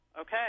Okay